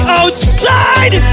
outside